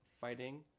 fighting